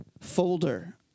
folder